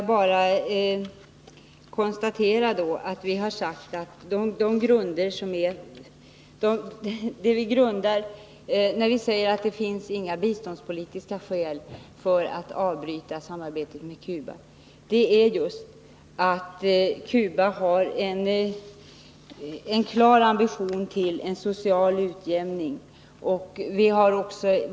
Herr talman! När vi säger att det inte finns några biståndspolitiska skäl för att avbryta samarbetet med Cuba så grundar vi det på att Cuba har en klar ambition att nå social utjämning.